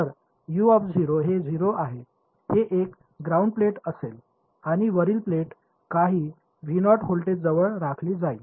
तर हे 0 आहे हे एक ग्राउंड प्लेट असेल आणि वरील प्लेट काही व्होल्टेजवर राखली जाईल